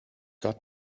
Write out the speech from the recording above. got